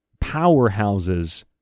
powerhouses